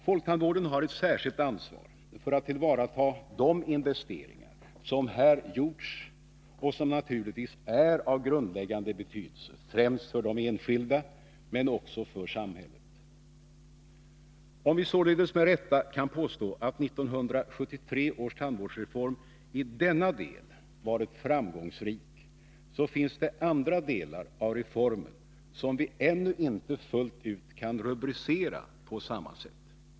Folktandvården har ett särskilt ansvar för att tillvarata de investeringar som här gjorts och som naturligtvis är av grundläggande betydelse, främst för den enskilde men också för samhället. Om vi således med rätta kan påstå att 1973 års tandvårdsreform i denna del varit framgångsrik, finns det andra delar av reformen som vi ännu inte fullt ut kan rubricera på samma sätt.